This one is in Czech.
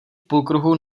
půlkruhu